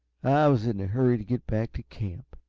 i was in a hurry to get back to camp,